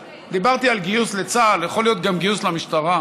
דיברתי על גיוס לצה"ל, יכול להיות גם גיוס למשטרה.